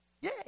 Yay